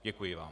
Děkuji vám.